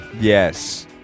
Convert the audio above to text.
Yes